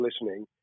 listening